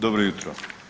Dobro jutro.